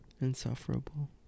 Insufferable